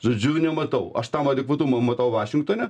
žodžiu nematau aš tam adekvatumą matau vašingtone